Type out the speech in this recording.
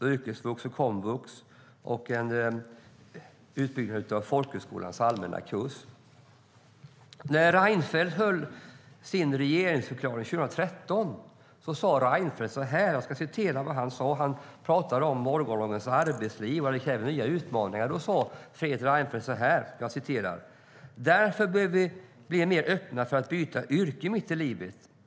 yrkesvux och komvux och en utbyggnad av folkhögskolans allmänna kurs.I regeringsförklaringen för 2013 talade Reinfeldt om morgondagens arbetsliv och de nya utmaningar som det kräver. Fredrik Reinfeldt sa: "Därför bör vi bli mer öppna för att byta yrke mitt i livet.